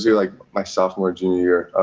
like, my sophomore or junior year.